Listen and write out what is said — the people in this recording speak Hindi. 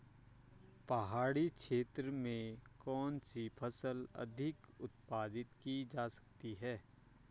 पहाड़ी क्षेत्र में कौन सी फसल अधिक उत्पादित की जा सकती है?